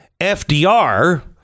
FDR